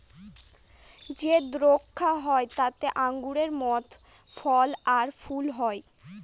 যে দ্রাক্ষা হয় তাতে আঙুরের মত ফল আর ফুল হয়